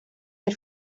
der